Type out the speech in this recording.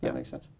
yeah makes sense.